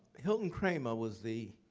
hilton kramer was the